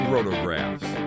Rotographs